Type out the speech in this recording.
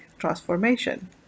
transformation